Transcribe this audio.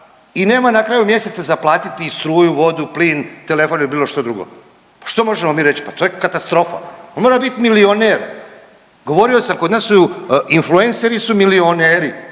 i nema na kraju mjeseca za platiti struju, vodu, plin, telefon ili bilo što drugo pa što mi možemo reći? Pa to je katastrofa! On mora biti milioner. Govorio sam, kod nas su influenceri su milioneri,